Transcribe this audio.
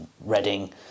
Reading